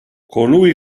colui